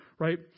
right